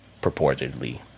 purportedly